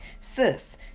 sis